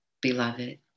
beloved